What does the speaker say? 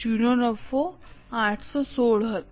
જૂનો નફો 816 હતો